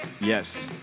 Yes